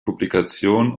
publikation